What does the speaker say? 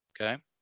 Okay